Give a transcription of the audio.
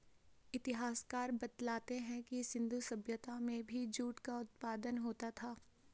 इतिहासकार बतलाते हैं कि सिन्धु सभ्यता में भी जूट का उत्पादन होता था